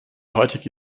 heutige